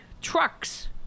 trucks